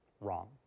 Wrong